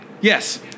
Yes